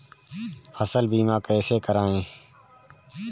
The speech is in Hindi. फसल बीमा कैसे कराएँ?